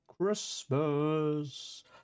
Christmas